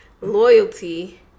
loyalty